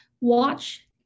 watch